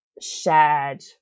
shared